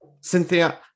Cynthia